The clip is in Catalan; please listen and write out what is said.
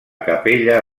capella